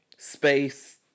space